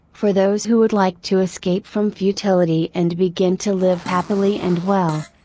for those who would like to escape from futility and begin to live happily and well.